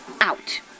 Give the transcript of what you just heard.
out